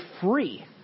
free